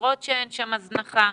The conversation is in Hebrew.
לראות שאין שם הזנחה.